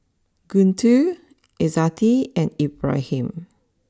Guntur Izzati and Ibrahim